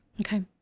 Okay